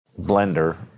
blender